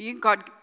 God